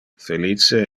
felice